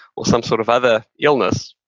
or some sort of other illness.